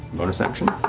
bonus action?